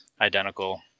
identical